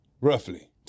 roughly